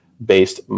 based